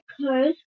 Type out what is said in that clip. clothes